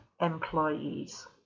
employees